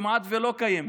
כמעט שלא קיימת.